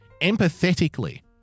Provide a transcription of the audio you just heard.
empathetically